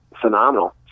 phenomenal